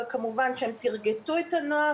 אבל כמובן שהם טירגטו את הנוער.